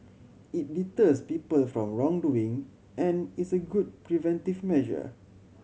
it deters people from wrongdoing and is a good preventive measure